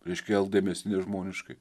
reiškia elgdamiesi nežmoniškai